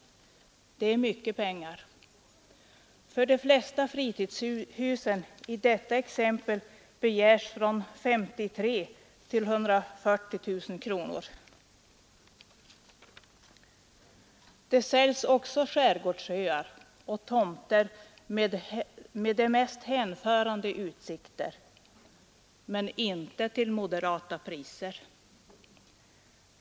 Det är mycket pengar. För de flesta fritidshusen i detta exempel begärs från 53 000 till 140 000 kronor. Det säljs också skärgårdsöar och tomter med de mest hänförande utsikter — men inte till moderata priser.